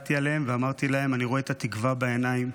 הסתכלתי עליהם ואמרתי להם: אני רואה את התקווה בעיניים.